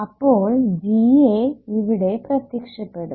അപ്പോൾ Ga ഇവിടെ പ്രത്യക്ഷപ്പെടും